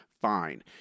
Fine